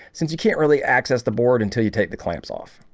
since you can't really access the board until you take the clamps off.